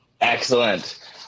Excellent